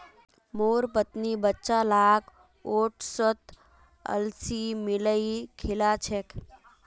मोर पत्नी बच्चा लाक ओट्सत अलसी मिलइ खिला छेक